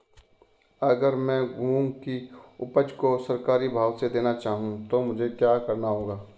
अगर मैं मूंग की उपज को सरकारी भाव से देना चाहूँ तो मुझे क्या करना होगा?